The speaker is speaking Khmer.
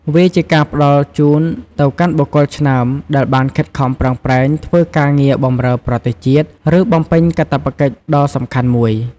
វាជាការផ្ដល់ជូនទៅកាន់បុគ្គលឆ្នើមដែលបានខិតខំប្រឹងប្រែងធ្វើការងារបម្រើប្រទេសជាតិ ឬបំពេញកាតព្វកិច្ចដ៏សំខាន់មួយ។